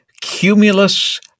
cumulus